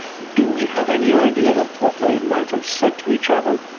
do we have any idea of what they might have said to each other?